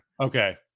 Okay